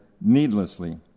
needlessly